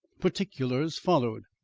particulars followed.